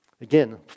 Again